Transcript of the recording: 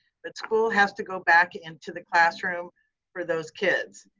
but school has to go back into the classroom for those kids,